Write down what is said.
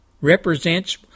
represents